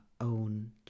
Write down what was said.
own